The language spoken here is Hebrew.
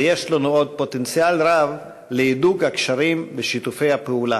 ויש לנו עוד פוטנציאל רב להידוק הקשרים ושיתופי הפעולה.